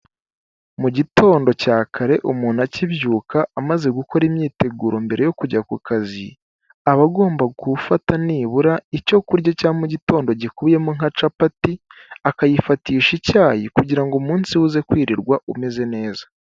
Mu gitondo cya kare umuntu akibyuka amaze gukora imyiteguro mbere yo kujya ku kazi, aba agomba gufata nibura icyo kurya cya mugitondo gikubiyemo nka capati, akayifatisha icyayi kugira ngo umunsi uze kwirirwa umeze neza.